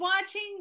watching